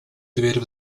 дверь